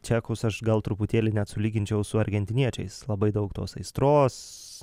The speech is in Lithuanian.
čekus aš gal truputėlį net sulyginčiau su argentiniečiais labai daug tos aistros